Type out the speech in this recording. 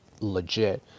legit